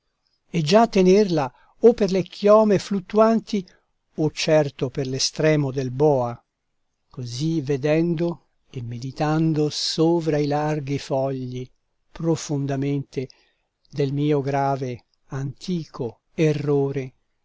e già tenerla o per le chiome fluttuanti o certo per l'estremo del boa così vedendo e meditando sovra i larghi fogli profondamente del mio grave antico errore